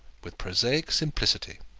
with prosaic simplicity.